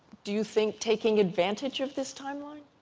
do you think, taking advantage of this timeline?